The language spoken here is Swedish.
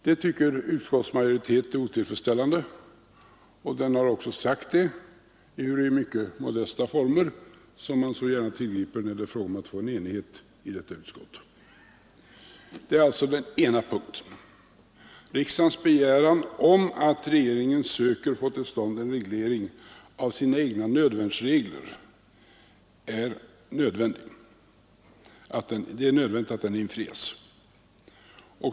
Det tycker utskottsmajoriteten är otillfredsställande, och den har också sagt det, ehuru i mycket modesta former — som man så gärna tillgriper när det är fråga om att åstadkomma enighet i detta utskott. Det är alltså den ena punkten. Det är nödvändigt att riksdagens begäran om att regeringen försöker få till stånd en reglering av sina egna nödvärnsregler infrias.